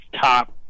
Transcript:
top